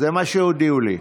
זה מה שהודיעו לי.